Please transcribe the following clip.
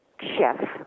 chef